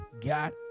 got